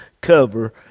cover